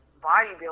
bodybuilding